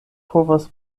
povas